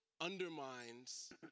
undermines